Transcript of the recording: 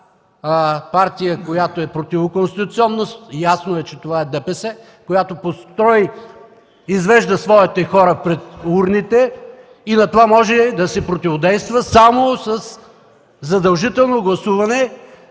една партия, която е противоконституционна. Ясно е, че това е ДПС, която под строй извежда своите хора пред урните. На това може да се противодейства само със задължително гласуване,